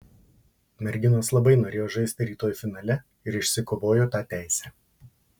merginos labai norėjo žaisti rytoj finale ir išsikovojo tą teisę